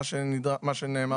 מה שנאמר פה,